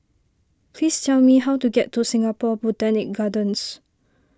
please tell me how to get to Singapore Botanic Gardens